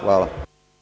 Hvala.